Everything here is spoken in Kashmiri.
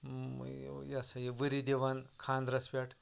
یہِ ہَسا یہِ ؤرِ دِوان خاندرَس پٮ۪ٹھ